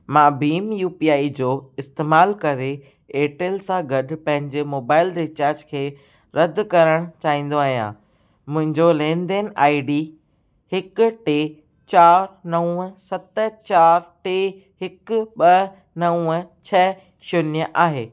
मां भीम U P I जो इस्तेमालु करे एअरटेल सां गॾु पंहिंजे मोबाइल रीचार्ज खे रद करणु चाहींदो आहियां मुंहिंजो लेनदेन आई डी हिकु टे चार नव सत चार टे हिकु ॿ नव छह शून्य आहे